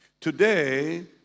Today